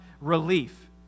relief